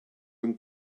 going